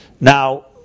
now